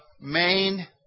main